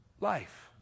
life